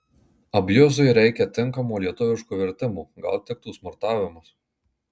abjuzui reika tinkamo lietuviško vertimo gal tiktų smurtavimas